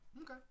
Okay